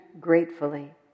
gratefully